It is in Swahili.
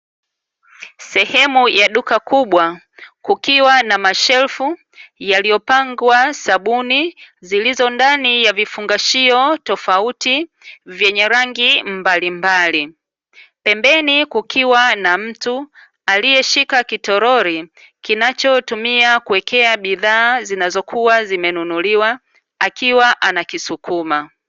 Sehemu ya duka kubwa, kukiwa na mashelfu yaliyopangwa sabuni zilizo ndani ya vifungashio tofauti vyenye rangi mbalimbali, pembeni kukiwa na mtu aliyeshika kitorori kinachotumia kuwekea bidhaa zinazokuwa zimenunuliwa akiwa anakisukuma.